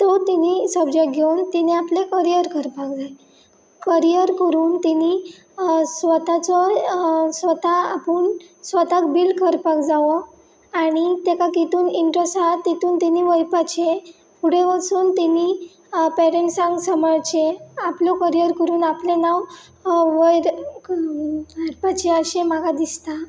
तो तेनी सबजेक्ट घेवन तेणी आपलें करियर करपाक जाय करियर करून तेणी स्वताचो स्वता आपूण स्वताक बिल्ड करपाक जावो आनी तेका तितून इंट्रस्ट आहा तितून तेनी वयपाचें फुडें वचून तेणी पेरंट्सांक सबाळचें आपलो करियर करून आपलें नांव वयर व्हरपाचें अशें म्हाका दिसता